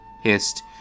hissed